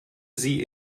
sie